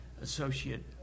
Associate